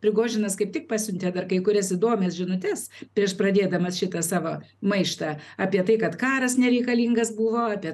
prigožinas kaip tik pasiuntė dar kai kurias įdomias žinutes prieš pradėdamas šitą savo maištą apie tai kad karas nereikalingas buvo apie